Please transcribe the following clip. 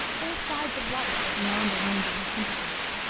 whole sides of life were beyond the range of his sympathies.